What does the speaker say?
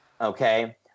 Okay